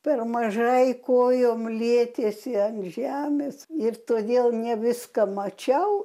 per mažai kojom lietiesi ant žemės ir todėl ne viską mačiau